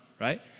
right